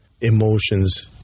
emotions